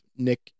Nick